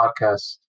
podcast